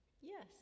Yes